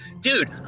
dude